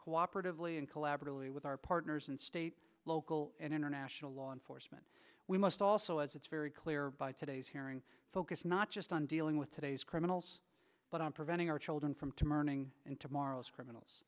cooperatively and collaboratively with our partners in state local and international law enforcement we must also as it's very clear today's hearing focus not just on dealing with today's criminals but on preventing our children from to murdering and tomorrow's criminals